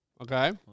Okay